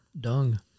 Dung